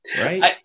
Right